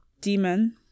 demon